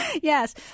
Yes